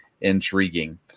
intriguing